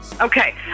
Okay